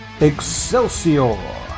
Excelsior